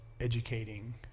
educating